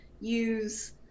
use